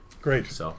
Great